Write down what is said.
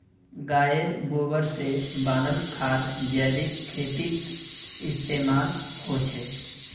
गायेर गोबर से बनाल खाद जैविक खेतीत इस्तेमाल होछे